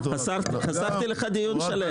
חסכתי לך דיון שלם.